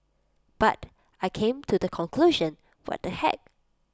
but I came to the conclusion what the heck